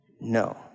No